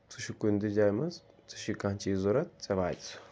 سُہ چھُ کُنہِ تہِ جایہِ منٛز ژےٚ چھِ کانٛہہ چیٖز ضوٚرَتھ ژےٚ واتہِ سُہ